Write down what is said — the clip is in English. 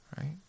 right